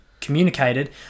communicated